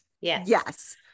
Yes